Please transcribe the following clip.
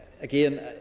again